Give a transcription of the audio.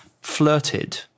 flirted